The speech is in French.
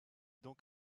donc